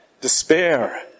despair